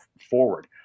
forward